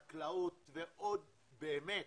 חקלאות ועוד באמת,